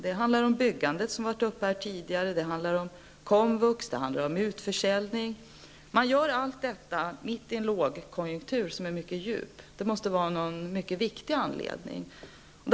Det handlar om byggandet, som varit uppe här tidigare, det handlar om komvux och det handlar om utförsäljning. Man gör allt detta mitt i en lågkonjunktur som är mycket djup. Det måste finnas någon mycket viktig anledning till detta.